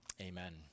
Amen